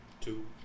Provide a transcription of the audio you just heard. two